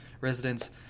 residents